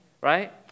right